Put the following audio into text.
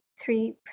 three